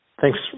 Thanks